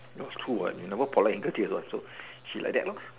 that's true what you never polite in thirty years what so she like that lor